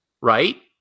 right